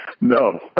No